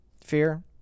Fear